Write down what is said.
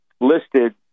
listed